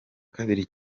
kabiri